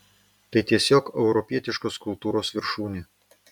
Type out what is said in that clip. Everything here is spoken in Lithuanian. tai tiesiog europietiškos kultūros viršūnė